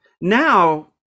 Now